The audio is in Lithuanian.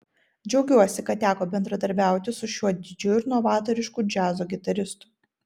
džiaugiuosi kad teko bendradarbiauti su šiuo didžiu ir novatorišku džiazo gitaristu